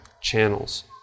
channels